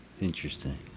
Interesting